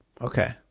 okay